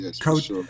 coach